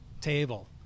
table